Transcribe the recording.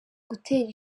gutera